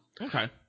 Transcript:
Okay